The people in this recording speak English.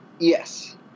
Yes